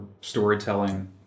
storytelling